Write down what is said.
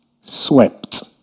swept